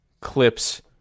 clips